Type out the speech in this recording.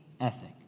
ethic